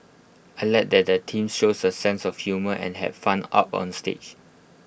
I Like that the teams shows A sense of humour and had fun up on stage